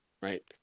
right